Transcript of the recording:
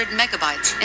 megabytes